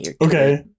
Okay